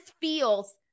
feels